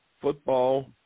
football